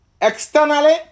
Externally